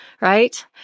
right